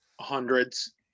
hundreds